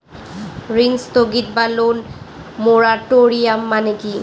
ঋণ স্থগিত বা লোন মোরাটোরিয়াম মানে কি?